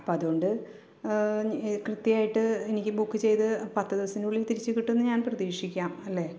അപ്പോള് അതുകൊണ്ട് കൃത്യമായിട്ട് എനിക്ക് ബുക്ക് ചെയ്ത് പത്ത് ദിവസത്തിനുള്ളിൽ തിരിച്ചുകിട്ടും എന്ന് ഞാൻ പ്രതീക്ഷിക്കാം അല്ലേ